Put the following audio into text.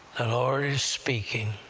the lord is speaking,